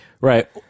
Right